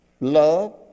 love